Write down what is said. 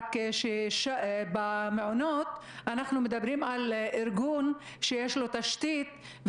רק במעונות אנחנו מדברים על ארגון שיש לו תשתית,